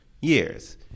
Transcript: Years